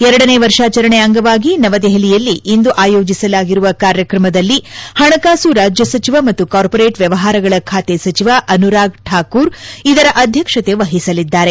ಎರಡನೇ ವರ್ಷಾಚರಣೆ ಅಂಗವಾಗಿ ನವದೆಪಲಿಯಲ್ಲಿ ಇಂದು ಆಯೋಜಿಸಲಾಗಿರುವ ಕಾರ್ಯಕ್ರಮದಲ್ಲಿ ಪಣಕಾಸು ರಾಜ್ಯ ಸಚಿವ ಮತ್ತು ಕಾರ್ಪೊರೇಟ್ ವ್ಯವಹಾರಗಳ ಖಾತೆ ಸಚಿವ ಅನುರಾಗ್ ಠಾಕೂರ್ ಇದರ ಅಧ್ಯಕ್ಷತೆ ವಹಿಸಲಿದ್ದಾರೆ